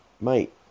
mate